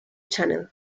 channel